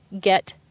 Get